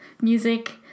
music